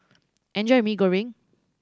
enjoy Mee Goreng